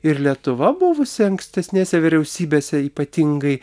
ir lietuva buvusi ankstesnėse vyriausybėse ypatingai